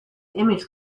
image